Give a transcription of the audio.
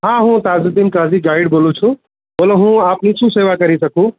હા હું તાજુદ્દીન કાઝી ગાઈડ બોલું છું બોલો હું આપની શું સેવા કરી શકું